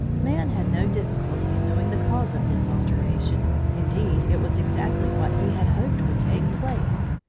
man had no difficulty in knowing the cause of this alteration indeed, it was exactly what he had hoped would take place.